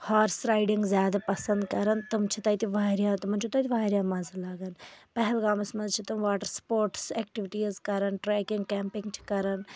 horse riding زیادٕ پسنٛد کَران تِم چھِ تَتہِ واریاہ تِمن چھُ تَتہِ واریاہ مَزٕ لگان پہلگامَس منٛز چھِ تِم واٹر سٔپوٹٔس ایکٹیویٹیز کَران ٹریکنگ کیمپنگ چھِ کَران